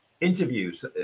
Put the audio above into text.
interviews